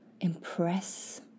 impress